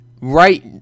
right